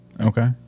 Okay